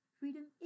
Freedom